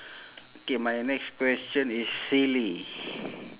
okay my next question is silly